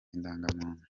indangamuntu